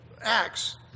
acts